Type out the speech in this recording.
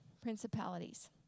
principalities